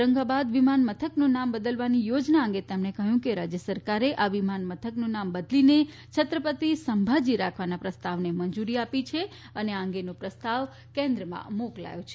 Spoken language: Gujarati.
ઔરંગાબાદ વિમાન મથકનું નામ બદલવાની યોજના અંગે તેમણે કહ્યું કે રાજ્ય સરકારે આ વિમાનમથકનું નામ બદલી છત્રપતિ સમ્ભાજી રાખવાના પ્રસ્તાવને મંજુરી આપી છે અને આ અંગેનો પ્રસ્તાવ કેન્દ્રને મોકલાયો છે